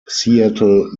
seattle